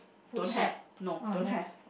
don't have no don't have